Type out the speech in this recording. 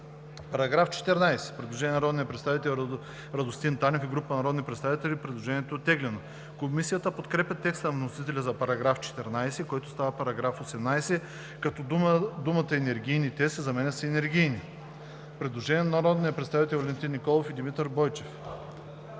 По § 14 има предложение на народния представител Радостин Танев и група народни представители. Предложението е оттеглено. Комисията подкрепя текста на вносителя за § 14, който става § 18, като думата „енергийните“ се заменя с „енергийни“. Предложение на народните представители Валентин Николов и Димитър Бойчев.